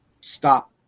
stop